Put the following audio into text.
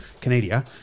Canada